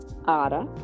Ada